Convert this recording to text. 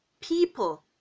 people